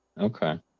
Okay